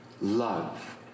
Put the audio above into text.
love